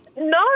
No